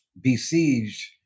besieged